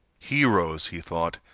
heroes, he thought,